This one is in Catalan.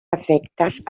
afectes